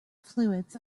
fluids